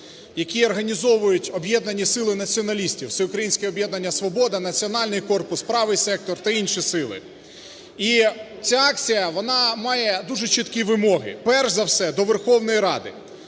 яку організовують об'єднані сили націоналістів: Всеукраїнське об'єднання "Свобода", "Національний корпус", "Правий сектор" та інші сили. І ця акція, вона має дуже чіткі вимоги перш за все до Верховної Ради.